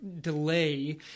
delay